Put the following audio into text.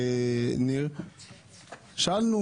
שאלנו